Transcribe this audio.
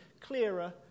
clearer